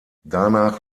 danach